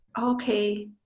okay